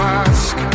ask